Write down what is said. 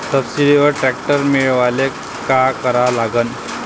सबसिडीवर ट्रॅक्टर मिळवायले का करा लागन?